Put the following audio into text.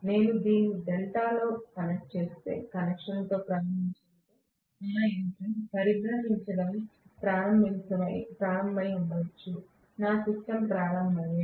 నేను దీన్ని డెల్టాలో కనెక్షన్ తో ప్రారంభించి ఉంటే నా యంత్రం పరిబ్రమించడం ప్రారంభమై ఉండవచ్చు నా సిస్టమ్ ప్రారంభమయ్యేది